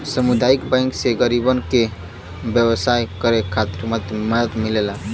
सामुदायिक बैंक से गरीबन के व्यवसाय करे खातिर मदद मिलेला